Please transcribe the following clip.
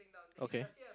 okay